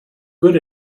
good